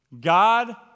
God